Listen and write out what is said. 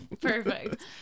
Perfect